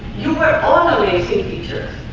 you were all amazing features.